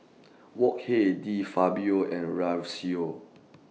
Wok Hey De Fabio and